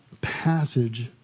passage